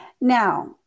Now